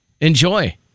Enjoy